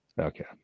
okay